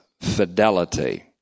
fidelity